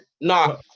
Nah